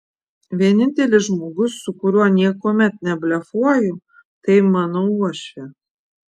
vienintelis žmogus su kuriuo niekuomet neblefuoju tai mano uošvė